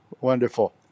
Wonderful